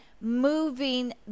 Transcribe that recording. moving